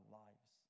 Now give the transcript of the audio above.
lives